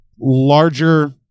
larger